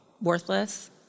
worthless